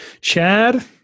Chad